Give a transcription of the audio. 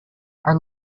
are